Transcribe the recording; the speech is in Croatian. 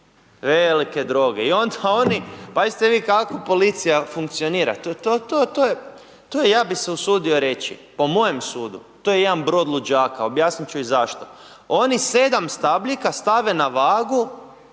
velike droge. I onda oni, pazite vi kako policija funkcionira to je ja bi se usudio reći, po mojem sudu to je jedan brod luđaka, objasnit ću i zašto. Oni 7 stabljika stave na vagu,